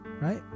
right